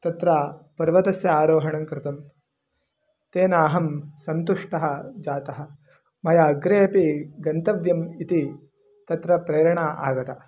तत्र पर्वतस्य आरोहणङ्कृतं तेन अहं सन्तुष्टः जातः मया अग्रे अपि गन्तव्यम् इति तत्र प्रेरणा आगता